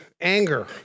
anger